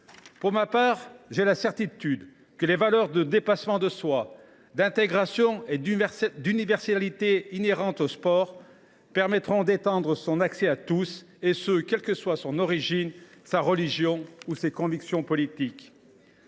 Pour ma part, j’ai la certitude que les valeurs de dépassement de soi, d’intégration et d’universalité inhérentes au sport permettront d’étendre son accès à tous, quelles que soient l’origine, la religion ou les convictions politiques.